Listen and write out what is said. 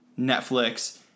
Netflix